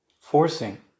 forcing